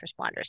responders